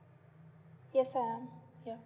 yes I am ya